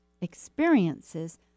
experiences